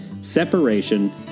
separation